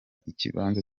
ikibanza